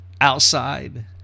outside